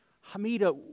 Hamida